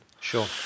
Sure